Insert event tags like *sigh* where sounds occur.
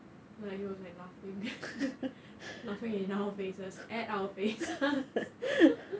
like he was like laughing *laughs* laughing in our faces at our faces *laughs*